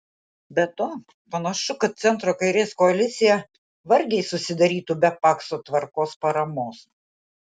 be to panašu kad centro kairės koalicija vargiai susidarytų be pakso tvarkos paramos